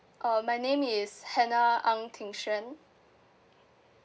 uh my name is hannah ang ting xuan